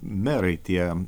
merai tie